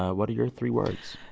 what are your three words?